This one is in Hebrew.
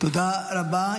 תודה רבה.